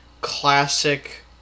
classic